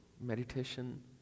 meditation